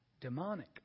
demonic